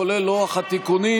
כולל לוח התיקונים,